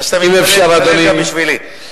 אז אתה מתפלל כנראה גם בשבילי.